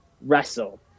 wrestle